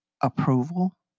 approval